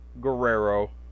Guerrero